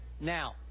Now